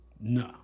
No